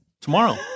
tomorrow